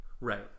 Right